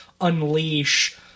unleash